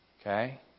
Okay